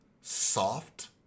soft